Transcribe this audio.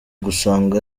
gusanga